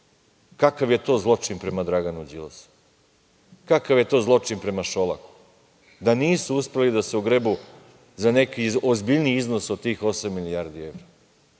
Kakav je to zločin prema Draganu Đilasu, kakav je to zločin prema Šolaku, da nisu uspeli da se ogrebu za neki ozbiljniji iznos od tih osam milijardi